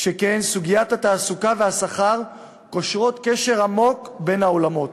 שכן סוגיית התעסוקה והשכר קושרת קשר עמוק בין העולמות.